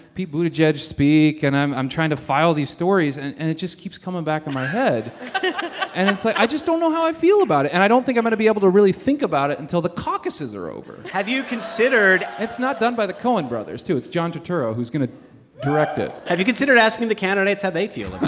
pete buttigieg speak and i'm i'm trying to file these stories, and and it just keeps coming back in my head and it's like, i just don't know how i feel about it. and i don't think i'm going to be able to really think about it until the caucuses are over have you considered. it's not done by the cohen brothers, too. it's john turturro who's going to direct it. have you considered asking the candidates how they feel